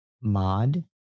mod